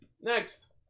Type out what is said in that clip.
next